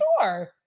sure